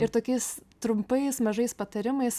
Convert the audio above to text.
ir tokiais trumpais mažais patarimais